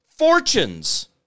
fortunes